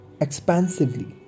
expansively